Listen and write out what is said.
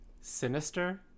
sinister